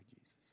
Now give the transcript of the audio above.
Jesus